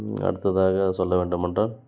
ம் அடுத்ததாக சொல்ல வேண்டுமென்றால்